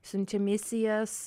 siunčiu misijas